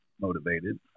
motivated